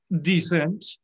decent